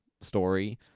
story